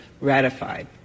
ratified